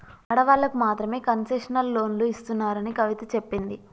ఆడవాళ్ళకు మాత్రమే కన్సెషనల్ లోన్లు ఇస్తున్నారని కవిత చెప్పింది